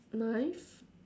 knife